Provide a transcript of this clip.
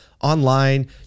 online